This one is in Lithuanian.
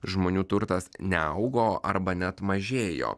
žmonių turtas neaugo arba net mažėjo